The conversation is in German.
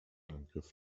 angriff